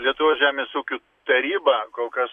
lietuvos žemės ūkių taryba kol kas